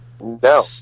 no